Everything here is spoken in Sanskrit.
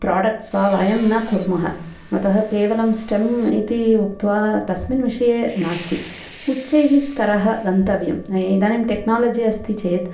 प्राडक्ट्स् वा वयं न कुर्मः अतः केवलं स्टेम् इति उक्त्वा तस्मिन् विषये नास्ति उच्चैः स्तरः गन्तव्यम् इदानीं टेक्नालोजी अस्ति चेत्